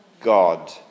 God